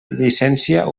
llicència